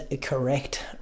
correct